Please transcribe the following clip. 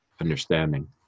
understanding